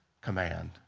command